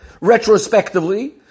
Retrospectively